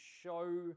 show